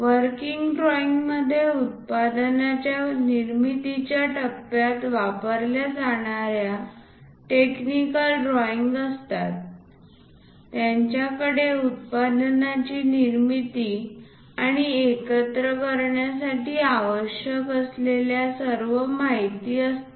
working ड्रॉईंगमध्ये उत्पादनांच्या निर्मितीच्या टप्प्यात वापरल्या जाणार्या टेक्निकल ड्रॉईंग असतात त्यांच्याकडे उत्पादनाची निर्मिती आणि एकत्र करण्यासाठी आवश्यक असलेली सर्व माहिती असते